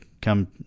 come